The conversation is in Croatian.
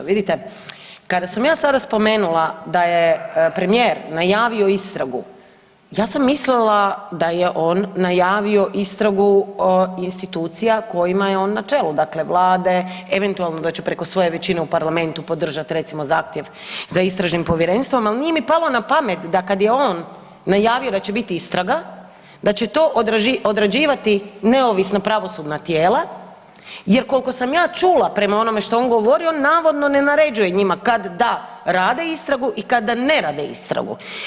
Vidite kada sam ja sada spomenula da je premijer najavio istragu, ja sam mislila da je on najavio istragu institucija kojima je on na čelu, dakle Vlade eventualno da će preko svoje većine u parlamentu podržat recimo zahtjev za istražnim povjerenstvom, ali nije mi palo na pamet da kad je on najavio da će biti istraga da će to odrađivati neovisna pravosudna tijela jer koliko sam ja čula prema onome što je on govorio jer on navodno ne naređuje njima kad da rade istragu i kad da ne rade istragu.